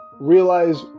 realize